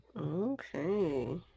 Okay